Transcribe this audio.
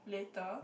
later